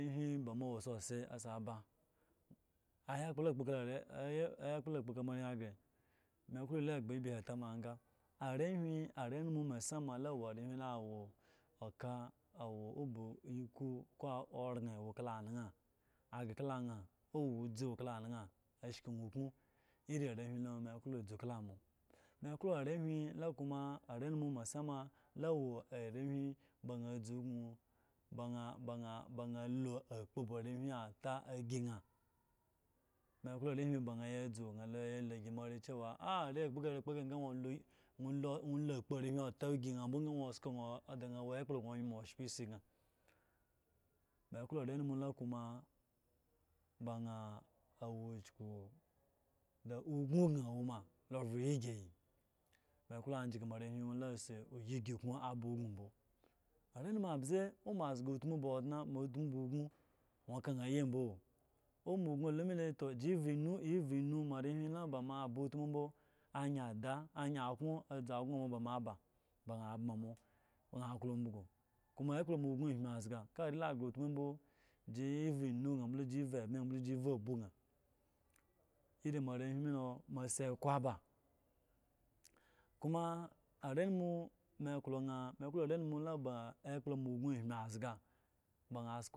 ayakpolo akpo kala ar ayakpolo akpo kala are gre me kloekpl egba ebi he etama gaga arehwi arehwi arenumu mesama la awo arehwi oka awo ka ba eku ko oran awo kala anan agree kala an awo odizi awo kala anan ashvi an ukum iri arehwi la me ekko edzu kada amo me ewo arehwil ko koma are numu la mesame wo arehwi ata ayi na me ewo arehwi ba an laaye alo ayi moa are nwo lo akpo arehwi ogi an mbo ga wo da lo awo eme ino oyumo oshpa esi yan me klo are numu la kuma ba an awo kyuku ugno ga a woma lo ovu ye gayi me eklo ajisi mo arehwi asi oye esikun a ba igno mbo are numu abza wo ba moa zga utmu ba oda ogno nwo ka an aye bo owo moa ogno de me le to si evu ye evu enu moare la aba utmu mbo ayin ada ayin akon adzo agno ba mo a ba ba na a bme mo ba an aklo umbiyu kuma ekpo mo ogno ame zga ka are la gre utmu mbo ji ye evu enu gan ko embye gan mbo le abu gan iri mo arehwi me lo mo asi eko aba koma arenumu me eklo an arenumu fa ba ekpolo mo ogno ame azya ba an